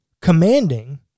commanding